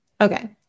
Okay